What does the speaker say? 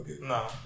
No